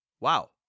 Wow